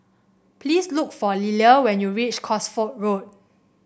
please look for Lilia when you reach Cosford Road